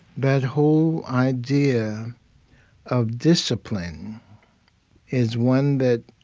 that whole idea of discipline is one that,